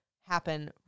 happen